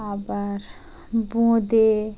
আবার বোঁদে